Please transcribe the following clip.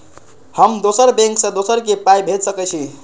हम दोसर बैंक से दोसरा के पाय भेज सके छी?